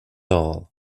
all